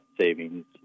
savings